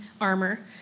armor